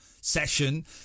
session